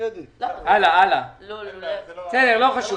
מה שקרה זה